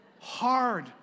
hard